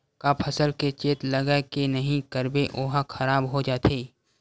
का फसल के चेत लगय के नहीं करबे ओहा खराब हो जाथे?